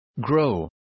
Grow